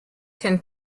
can